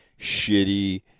shitty